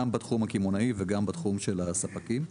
גם בתחום הקמעונאי וגם בתחום של הספקים,